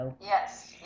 Yes